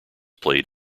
played